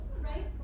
right